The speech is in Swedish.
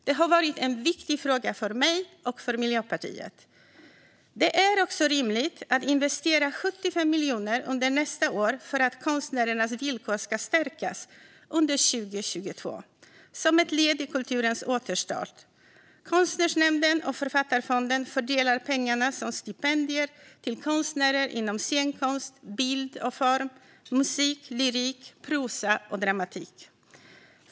Det har varit en viktig fråga för mig och för Miljöpartiet. Det är också rimligt att investera 75 miljoner under nästa år för att konstnärernas villkor ska stärkas under 2022 som ett led i kulturens återstart. Konstnärsnämnden och Författarfonden fördelar pengarna som stipendier till konstnärer inom scenkonst, bild och form, musik, lyrik, prosa och dramatik.